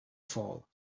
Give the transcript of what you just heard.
fall